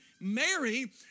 Mary